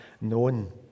known